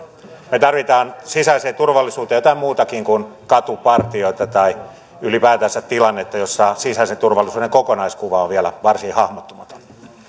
me tarvitsemme sisäiseen turvallisuuteen jotain muutakin kuin katupartioita tai ylipäätänsä tilannetta jossa sisäisen turvallisuuden kokonaiskuva on vielä varsin hahmottumaton